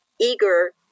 eager